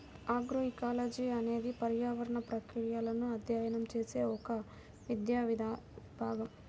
agroecology అనేది పర్యావరణ ప్రక్రియలను అధ్యయనం చేసే ఒక విద్యా విభాగం